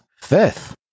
fifth